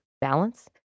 balance